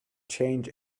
change